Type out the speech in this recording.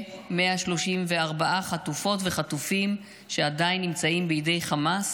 134 חטופות וחטופים עדיין נמצאים בידי חמאס,